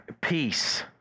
peace